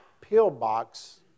pillbox